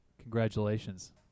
Congratulations